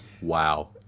Wow